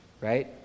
right